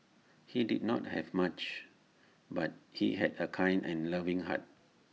he did not have much but he had A kind and loving heart